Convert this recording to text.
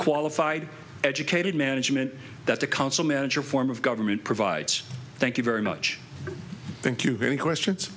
qualified educated management that the council manager form of government provides thank you very much thank you very questions